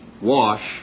wash